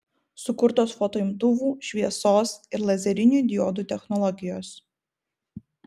sukurtos fotoimtuvų šviesos ir lazerinių diodų technologijos